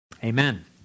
Amen